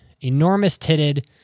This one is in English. enormous-titted